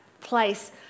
place